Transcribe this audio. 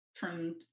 turn